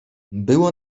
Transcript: było